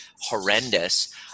horrendous